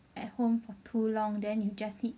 at home for too long then you just need